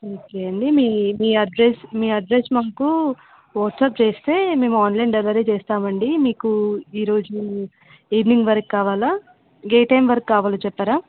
okay అండి మీ మీ అడ్రస్ మీ అడ్రస్ మాకు వాట్సాప్ చేస్తే మేము ఆన్లైన్ డెలివరీ చేస్తాం అండి మీకు ఈరోజు ఈవినింగ్ వరకు కావాలా ఏ టైం వరకు కావాలి చెప్తారా